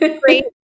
great